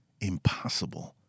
impossible